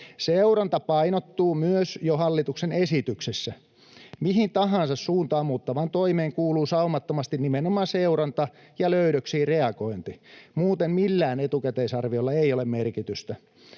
Seuranta painottuu myös jo hallituksen esityksessä. Mihin tahansa suuntaa muuttavaan toimeen kuuluu saumattomasti nimenomaan seuranta ja löydöksiin reagointi — muuten millään etukäteisarviolla ei ole merkitystä.